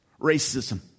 racism